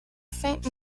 faint